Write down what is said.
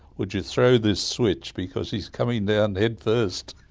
would you throw this switch, because he's coming down head first.